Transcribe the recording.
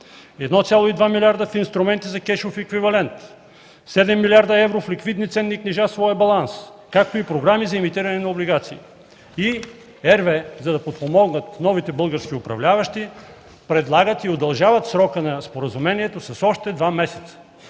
1,2 милиарда в инструменти за кешов еквивалент, 7 млрд. евро в ликвидни ценни книжа в своя баланс, както и програми за емитиране на облигации”. RWE, за да подпомогнат новите български управляващи, предлагат и удължават срока на споразумението с още два месеца.